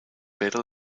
better